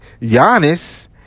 Giannis